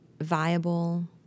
viable